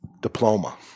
Diploma